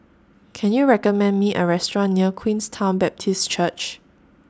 Can YOU recommend Me A Restaurant near Queenstown Baptist Church